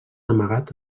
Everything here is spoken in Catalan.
amagat